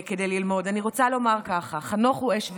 אני רוצה לומר כך: חנוך הוא אש ומים,